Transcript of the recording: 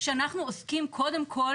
שאנחנו עוסקים קודם כל